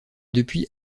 depuis